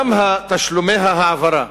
גם תשלומי ההעברה